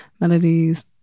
melodies